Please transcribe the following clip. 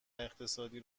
اقتصادی